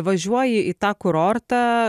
važiuoji į tą kurortą